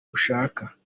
ushaka